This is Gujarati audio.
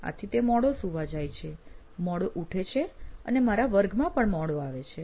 આથી તે મોડો સૂવા જાય છે મોડો ઉઠે છે અને મારા વર્ગમાં પણ મોડો આવે છે